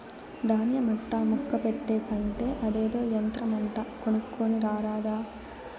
దాన్య మట్టా ముక్క పెట్టే కంటే అదేదో యంత్రమంట కొనుక్కోని రారాదా